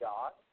God